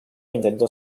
intentó